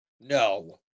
No